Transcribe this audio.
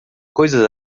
coisas